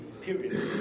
period